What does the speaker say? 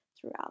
throughout